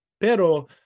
pero